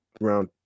round